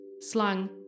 slang